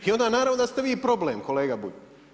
Onda naravno da ste vi problem kolega Bulj.